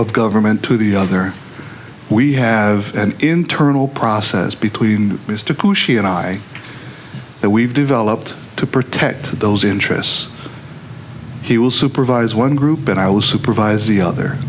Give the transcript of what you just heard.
of government to the other we have an internal process between mr pushy and i that we've developed to protect those interests he will supervise one group and i will supervise the other